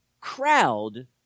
crowd